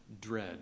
dread